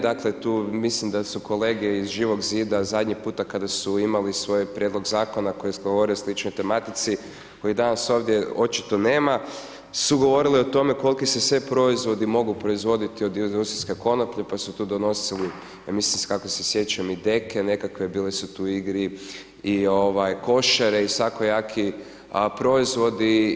Dakle tu mislim da su kolege iz Živog zida zadnji puta kada su imali svoj prijedlog zakona koji je govorio o sličnoj tematici koji danas ovdje očito nema su govorili o tome koliki se sve proizvodi mogu proizvoditi od industrijske konoplje pa su tu donosili, ja mislim kako se sjećam i deke nekakve bile su tu u igri i košare i svakojaki proizvodi.